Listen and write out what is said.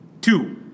Two